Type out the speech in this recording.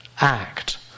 act